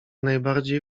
najbardziej